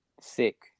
sick